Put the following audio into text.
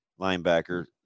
linebacker